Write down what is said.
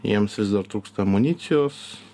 jiems vis dar trūksta amunicijos